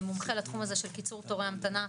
מומחה לתחום הזה של קיצור תורי המתנה,